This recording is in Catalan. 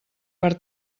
per